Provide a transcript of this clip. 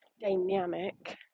dynamic